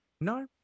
No